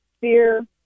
fear